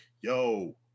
yo